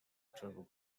turbo